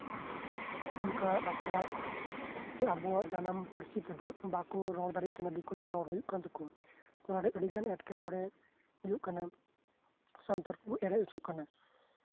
ᱚᱱᱠᱟ ᱟᱵᱚᱣᱟᱜ ᱡᱟᱱᱟᱢ ᱯᱟᱹᱨᱥᱤ ᱛᱮᱫᱚ ᱵᱟᱠᱚ ᱨᱚᱲ ᱦᱩᱭᱩᱜ ᱠᱟᱱ ᱛᱟᱠᱚᱣᱟ ᱫᱤᱠᱩᱛᱮ ᱨᱚᱲ ᱦᱩᱭᱩᱜ ᱠᱟᱱ ᱛᱟᱠᱚᱣᱟ ᱚᱱᱟᱨᱮ ᱟᱹᱰᱤ ᱜᱟᱱ ᱮᱸᱴᱠᱮᱴᱚᱬᱮ ᱦᱩᱭᱩᱜ ᱠᱟᱱᱟ ᱥᱟᱱᱛᱟᱲ ᱠᱚ ᱮᱬᱮ ᱦᱚᱪᱚᱜ ᱠᱟᱱᱟ